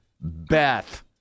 Beth